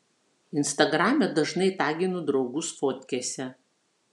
instagrame dažnai taginu draugus fotkėse